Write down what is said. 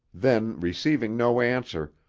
then, receiving no answer,